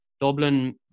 Dublin